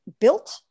built